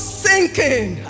sinking